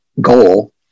goal